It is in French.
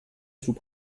sous